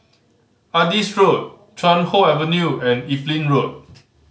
Adis Road Chuan Hoe Avenue and Evelyn Road